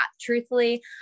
truthfully